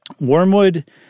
Wormwood